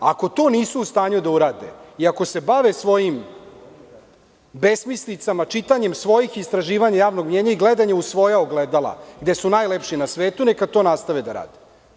Ako to nisu u stanju da urade, i ako se bave svojim besmislicama, čitanjem svojih istraživanja javnog mnjenja i gledanja u svoja ogledala, gde su najlepši na svetu, neka nastave da rade.